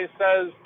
says